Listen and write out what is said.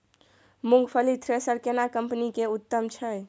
मूंगफली थ्रेसर केना कम्पनी के उत्तम छै?